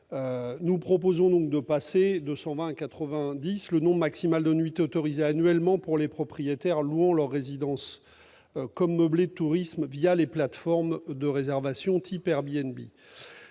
Nous proposons donc de passer de 120 à 90 le nombre maximal de nuitées autorisées annuellement pour les propriétaires louant leur résidence comme meublé de tourisme les plateformes de réservation, type Airbnb.